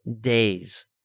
days